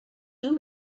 you